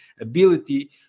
ability